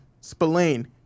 Spillane